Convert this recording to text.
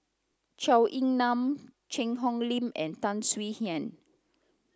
Zhou Ying Nan Cheang Hong Lim and Tan Swie Hian